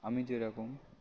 আমি যেরকম